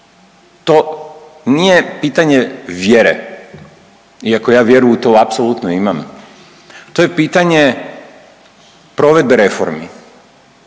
To nije pitanje vjere, iako ja vjeru u to apsolutno imam. To je pitanje provedbe reformi